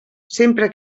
sempre